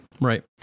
Right